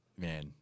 Man